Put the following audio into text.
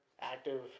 active